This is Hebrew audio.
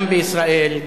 גם בישראל,